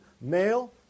Male